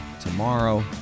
tomorrow